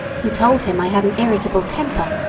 who told him i had an irritable temper!